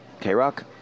K-Rock